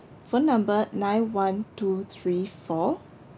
phone number nine one two three four